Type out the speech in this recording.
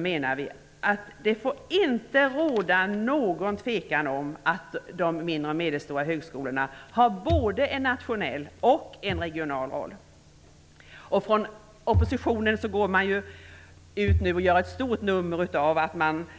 menar vi att det inte får råda någon tvekan om att de mindre och medelstora högskolorna både har en nationell och en regional roll. Oppositionen tolkar detta som något slags kategoriklyvning och gör ett stort nummer av det.